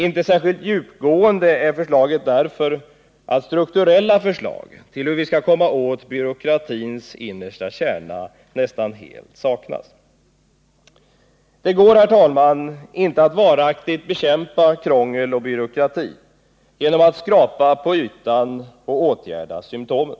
Inte särskilt djupgående är förslaget därför att strukturella förslag till hur man skall komma åt byråkratins innersta kärna nästa helt saknas. Det går, herr talman, inte att varaktigt bekämpa krångel och byråkrati genom att skrapa på ytan och åtgärda symtomen.